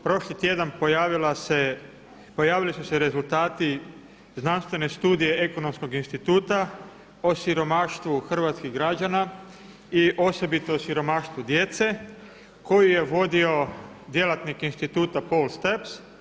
Prošli tjedan pojavili su se rezultati znanstvene studije ekonomskog instituta o siromaštvu hrvatskih građana i osobito o siromaštvu djece koju je vodio djelatnik instituta Paul Steps.